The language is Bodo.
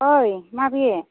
ओइ माबि